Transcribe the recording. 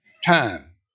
time